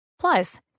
Plus